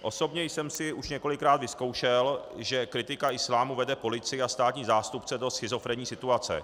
Osobně jsem si už několikrát vyzkoušel, že kritika islámu vede policii a státní zástupce do schizofrenní situace.